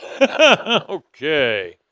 Okay